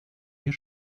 ihr